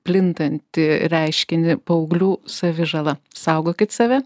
plintantį reiškinį paauglių savižalą saugokit save